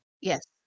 yes